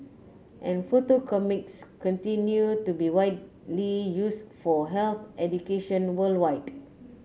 and photo comics continue to be widely used for health education worldwide